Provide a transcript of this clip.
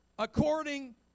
according